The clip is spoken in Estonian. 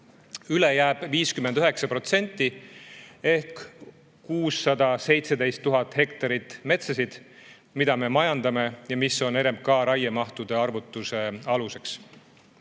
Üle jääb 59% ehk 617 000 hektarit metsa, mida me majandame ja mis on RMK raiemahtude arvutuse aluseks.